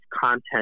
content